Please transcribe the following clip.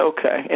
Okay